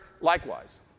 likewise